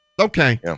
Okay